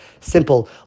simple